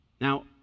Now